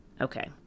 Okay